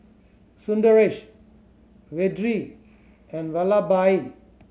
Sundaresh Vedre and Vallabhbhai